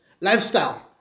lifestyle